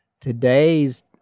today's